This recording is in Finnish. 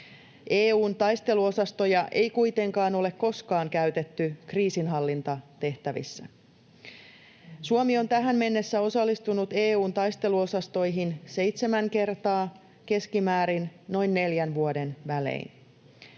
EU:n taisteluosastoja ei kuitenkaan ole koskaan käytetty kriisinhallintatehtävissä. Suomi on tähän mennessä osallistunut EU:n taisteluosastoihin seitsemän kertaa keskimäärin noin neljän vuoden välein.